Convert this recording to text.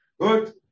Good